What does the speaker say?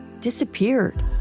disappeared